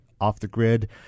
off-the-grid